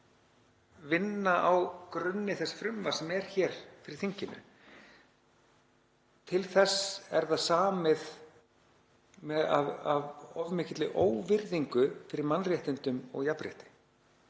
vinna á grunni þess frumvarps sem er hér fyrir þinginu. Til þess er það samið af of mikilli óvirðingu fyrir mannréttindum og jafnrétti.